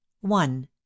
One